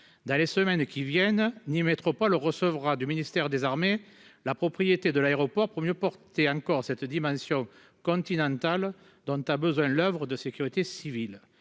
dans les semaines qui viennent, ni métropole recevra du ministère des Armées la propriété de l'aéroport pour mieux porter encore cette dimension continentale dont a besoin l'oeuvre de sécurité civile,